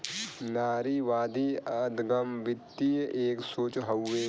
नारीवादी अदगम वृत्ति एक सोच हउए